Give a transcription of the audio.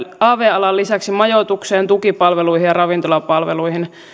av alan lisäksi majoitukseen tukipalveluihin ja ravintolapalveluihin